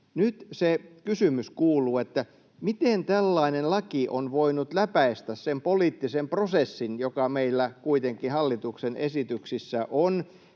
Nyt se kysymys kuuluu: miten tällainen laki on voinut läpäistä sen poliittisen prosessin, joka meillä kuitenkin hallituksen esityksissä on?